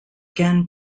again